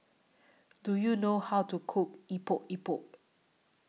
Do YOU know How to Cook Epok Epok